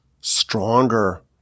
stronger